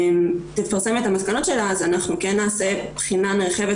תפרסם את המסקנות שלה אז אנחנו כן נעשה בחינה נרחבת